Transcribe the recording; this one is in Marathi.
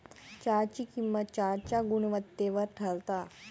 चहाची किंमत चहाच्या गुणवत्तेवर ठरता